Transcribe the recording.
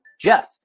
Jeff